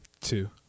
two